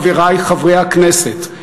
חברי חברי הכנסת,